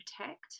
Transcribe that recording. protect